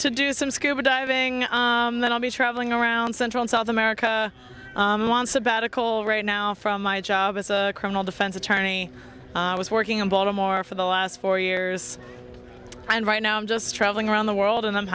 to do some scuba diving and then i'll be traveling around central south america on sabbatical right now from my job as a criminal defense attorney i was working in baltimore for the last four years and right now i'm just traveling around the world and i'm